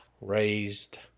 raised